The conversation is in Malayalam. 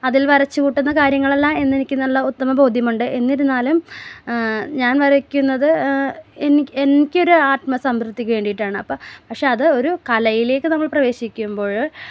അതിൽ വരച്ച് കൂട്ടുന്ന കാര്യങ്ങൾ അല്ല എന്ന് എനിക്ക് നല്ല ഉത്തമ ബോധ്യമുണ്ട് എന്നിരുന്നാലും ഞാൻ വരക്കുന്നത് എനിക്ക് എനിക്ക് ഒരാത്മ സംതൃപ്തിക്ക് വേണ്ടിയിട്ടാണ് അപ്പോൾ പക്ഷേ അത് ഒരു കലയിലേക്ക് നമ്മള് പ്രവേശിക്കുമ്പോൾ